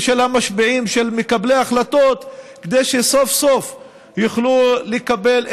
ואני רוצה לקוות,